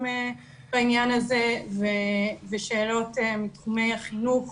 בעניין הזה ושאלות מתחומי החינוך